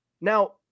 Now